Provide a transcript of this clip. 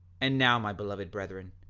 and now my beloved brethren,